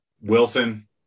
Wilson